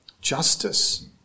justice